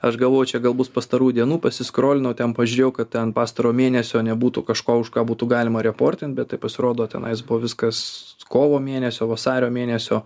aš galvojau čia gal bus pastarųjų dienų pasiskrolinau ten pažiūrėjau kad ten pastarojo mėnesio nebūtų kažko už ką būtų galima reportint bet tai pasirodo tenais buvo viskas kovo mėnesio vasario mėnesio